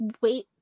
wait